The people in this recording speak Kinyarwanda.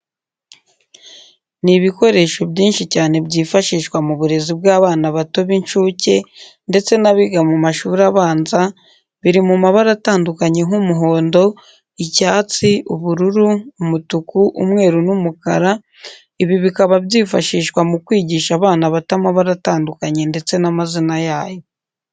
Ni ibikoresho byinshi cyane byifashishwa mu burezi bw'abana bato b'incuke ndetse n'abiga mu mashuri abanza, biri mu mabara atandukanye nk'umuhondo, icyatsi, ubururu, umutuku, umweru n'umukara, ibi baikaba byifashishwa mu kwigisha abana bato amabara atandukanye ndetse n'amazina yayo.